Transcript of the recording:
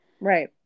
right